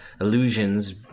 illusions